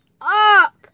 up